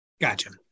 Gotcha